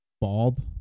bald